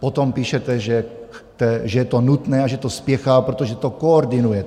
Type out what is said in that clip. Potom píšete, že je to nutné a že to spěchá, protože to koordinujete.